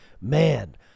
man